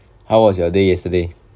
how was your day yesterday